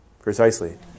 Precisely